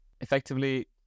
effectively